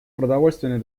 продовольственной